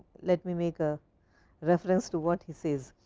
let me make a reference to what he says.